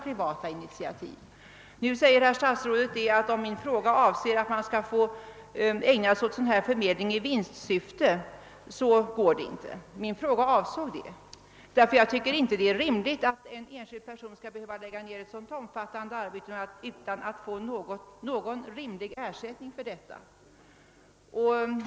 Nu säger herr statsrådet att denna tanke inte är möjlig att genomföra, om avsikten är att man skall få ägna sig åt förmedling av detta slag i vinstsyfte. Min fråga avsåg detta, eftersom jag inte tycker att det är rimligt att en enskild person skall lägga ned ett så omfattande arbete utan att få någon ersättning för det.